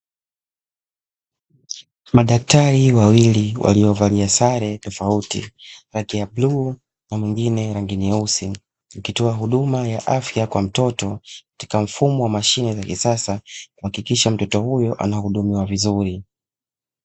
Madaktari wawili waliovalia sare tofauti za rangi ya bluu na mwingine rangi nyeusi, wakitoa huduma ya afya kwa mtoto katika mfumo wa mashine za kisasa kuhakikisha mtoto huyo anahudumiwa vizuri.